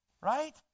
right